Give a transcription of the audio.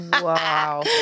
wow